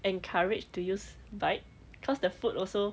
encourage to use bike cause the food also